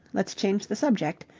let's change the subject.